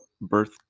birth